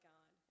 God